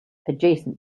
adjacent